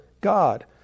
God